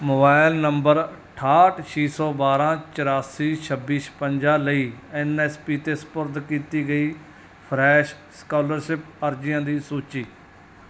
mobile number ਅਠਾਹਠ ਛੇ ਸੌ ਬਾਰਾਂ ਚੁਰਾਸੀ ਛੱਬੀ ਛਪੰਜਾ ਲਈ ਐਨ ਐਸ ਪੀ 'ਤੇ ਸਪੁਰਦ ਕੀਤੀ ਗਈ ਫਰੈਸ਼ ਸਕਾਲਰਸ਼ਿਪ ਅਰਜ਼ੀਆਂ ਦੀ ਸੂਚੀ